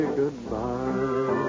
goodbye